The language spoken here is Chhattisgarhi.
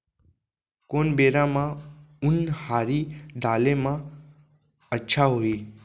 कोन बेरा म उनहारी डाले म अच्छा होही?